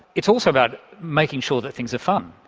it's also about making sure that things are fun,